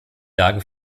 lage